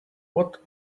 what